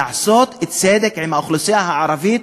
לעשות צדק עם האוכלוסייה הערבית,